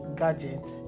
gadget